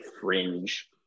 fringe